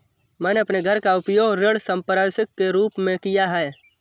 मैंने अपने घर का उपयोग ऋण संपार्श्विक के रूप में किया है